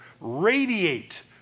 Radiate